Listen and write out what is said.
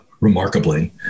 remarkably